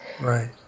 right